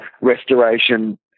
restoration